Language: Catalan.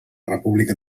república